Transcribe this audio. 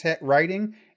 writing